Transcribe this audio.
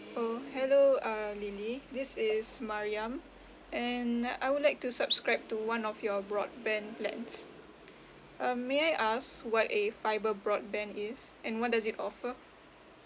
oh hello uh lily this is mariam and I would like to subscribe to one of your broadband plans um may I ask what a fibre broadband is and what does it offer